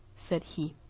said he,